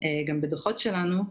גם בדוחות שלנו: